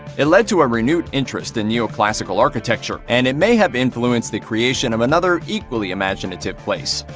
it led to a renewed interest in neoclassical architecture, and it may have influenced the creation of another, equally imaginative place.